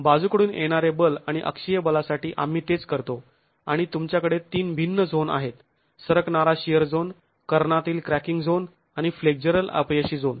बाजूकडून येणारे बल आणि अक्षीय बलासाठी आम्ही तेच करतो आणि तुमच्याकडे तीन भिन्न झोन आहेत सरकणारा शिअर झोन कर्णातील क्रॅकिंग झोन आणि फ्लेक्झरल अपयशी झोन